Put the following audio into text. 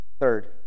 Third